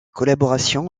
collaboration